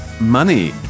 money